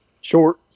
Short